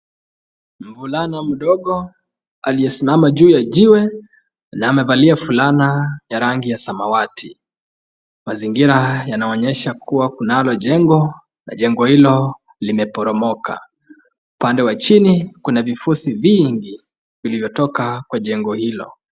Mvulana mdogo aliyesimama juu ya jiwe na amevalia shati ya rangi ya samawati. Mazingiora yanaonesha kuwa kunalo jengo na jengo hili limeporomoka. Upande wa chini kuna vifusi vingi vilivyotoka kwa jengo hilo.